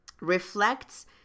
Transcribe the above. reflects